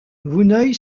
vouneuil